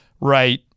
Right